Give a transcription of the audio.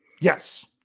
Yes